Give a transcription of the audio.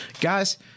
Guys